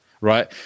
right